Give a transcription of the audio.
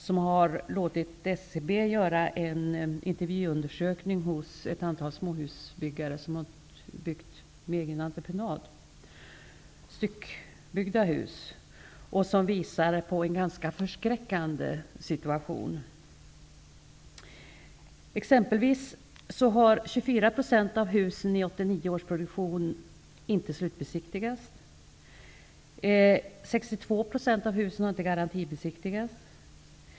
De har låtit SCB göra en intervjuundersökning hos ett antal småhusbyggare som har byggt med egen entreprenad. Det gäller styckbyggda hus. Den undersökningen visar på en ganska förskräckande situation. inte slutbesiktigats. 62 % av husen har inte garantibesiktigats.